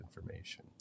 information